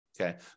Okay